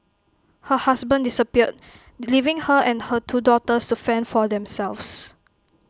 her husband disappeared leaving her and her two daughters to fend for themselves